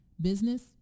Business